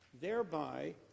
thereby